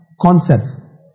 concepts